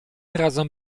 razem